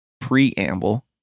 preamble